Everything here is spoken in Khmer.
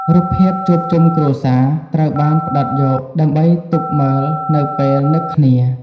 រូបភាពជួបជុំគ្រួសារត្រូវបានផ្ដិតយកដើម្បីទុកមើលនៅពេលនឹកគ្នា។